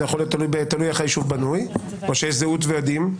זה תלוי איך היישוב בנוי, או שיש זהות ועדים.